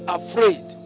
afraid